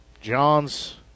Johns